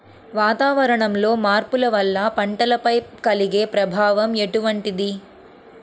వాతావరణంలో మార్పుల వల్ల పంటలపై కలిగే ప్రభావం ఎటువంటిది?